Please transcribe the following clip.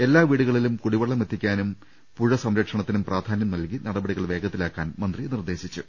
എല്ലാ വീടുകളിലും കുടിവെള്ളം എത്തിക്കാനും പുഴസംരക്ഷണത്തിനും പ്രാധാന്യം നൽകി നടപടികൾ വേഗ ത്തിലാക്കാനും മന്ത്രി നിർദ്ദേശിച്ചു